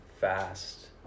fast